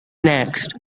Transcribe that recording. next